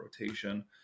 rotation